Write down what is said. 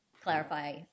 clarify